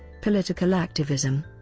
political activism